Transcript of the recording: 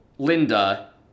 Linda